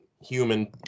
human